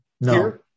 No